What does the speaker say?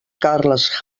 carles